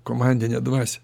komandinę dvasią